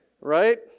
Right